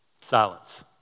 silence